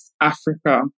Africa